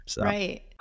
Right